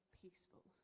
peaceful